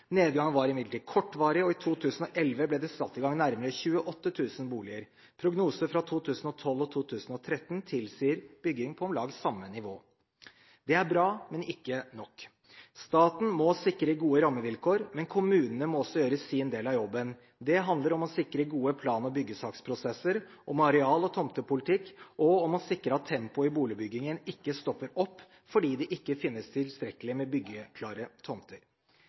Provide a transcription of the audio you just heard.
nedgang til ca. 20 000. Nedgangen var imidlertid kortvarig, og i 2011 ble det satt i gang nærmere 28 000 boliger. Prognoser for 2012 og 2013 tilsier bygging på om lag samme nivå. Det er bra, men ikke nok. Staten må sikre gode rammevilkår, men kommunene må også gjøre sin del av jobben. Det handler om å sikre gode plan- og byggesaksprosesser, om areal- og tomtepolitikk og om å sikre at tempoet i boligbyggingen ikke stopper opp fordi det ikke finnes tilstrekkelig med byggeklare tomter.